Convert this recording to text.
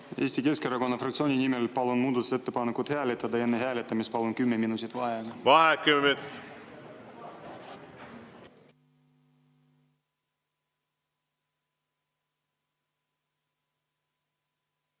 Eesti Keskerakonna fraktsiooni nimel palun muudatusettepanekut hääletada ja enne hääletamist palun kümme minutit vaheaega. Vaheaeg kümme minutit.V